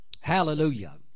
Hallelujah